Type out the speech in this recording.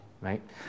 right